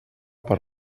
per